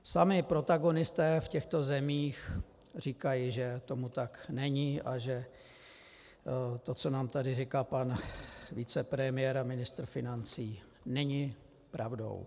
Sami protagonisté v těchto zemích říkají, že tomu tak není a že to, co nám tady říká pan vicepremiér a ministr financí, není pravdou.